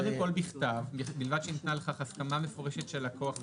קודם כל בכתב בלבד שניתנה לכך הסכמה מפורשת של לקוח בכתב,